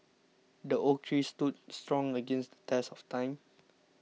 the oak tree stood strong against the test of time